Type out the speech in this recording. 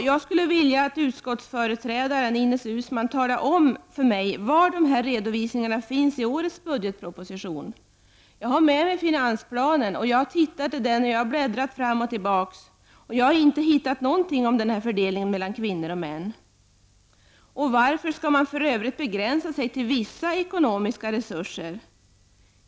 Jag skulle vilja att utskottets företrädare Ines Uusmann talar om för mig var dessa redovisningar finns i årets budgetproposition. Jag har tagit med mig finansplanen. Jag har tittat i den och bläddrat fram och tillbaka, men jag har inte hittat något om denna fördelning mellan kvinnor och män. Varför skall man för övrigt begränsa sig till vissa ekonomiska resurser?